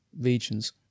regions